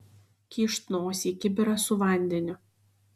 kyšt nosį į kibirą su vandeniu